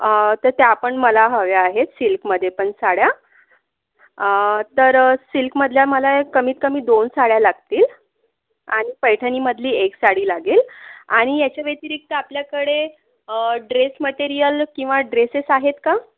अं तर त्या पण मला हव्या आहेत सिल्कमध्ये पण साड्या अं तर सिल्कमधल्या मला ए कमीतकमी दोन साड्या लागतील आणि पैठणी मधली एक साडी लागेल आणि याच्या व्यतिरिक्त आपल्याकडे अं ड्रेस मटेरियल किंवा ड्रेसेस आहेत का